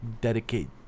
dedicate